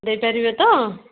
ଦେଇପାରିବେ ତ